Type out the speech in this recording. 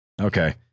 Okay